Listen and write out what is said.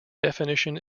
definition